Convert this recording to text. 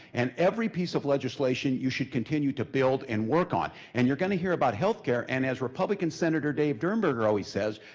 and every piece of legislation, you should continue to build and work on. and you're gonna hear about healthcare. and as republican senator dave durenberger always says,